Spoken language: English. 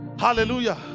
hallelujah